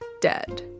dead